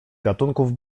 gatunków